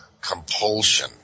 compulsion